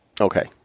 Okay